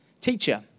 Teacher